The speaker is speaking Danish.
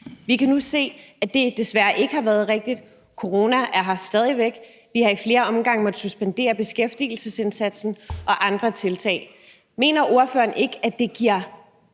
Vi kan nu se, at det desværre ikke har været rigtigt – corona er her stadig væk, og vi har i flere omgange måttet suspendere beskæftigelsesindsatsen og andre tiltag. Mener ordføreren ikke, at det giver